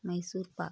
Mysore pak